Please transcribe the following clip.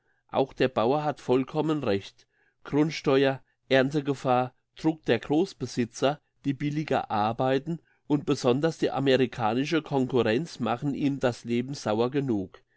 auch der bauer hat vollkommen recht grundsteuer erntegefahr druck der grossbesitzer die billiger arbeiten und besonders die amerikanische concurrenz machen ihm das leben sauer genug